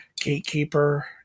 gatekeeper